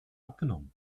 abgenommen